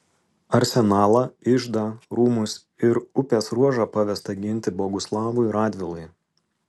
arsenalą iždą rūmus ir upės ruožą pavesta ginti boguslavui radvilai